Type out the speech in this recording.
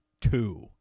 two